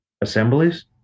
assemblies